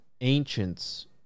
Ancients